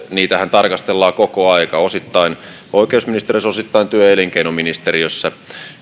tarkastellaan koko aika osittain oikeusministeriössä osittain työ ja elinkeinoministeriössä